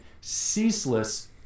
ceaseless